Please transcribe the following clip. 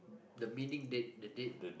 the meaning date the date